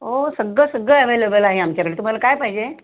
हो सगळं सगळं ॲव्हेलेबल आहे आमच्याकडे तुम्हाला काय पाहिजे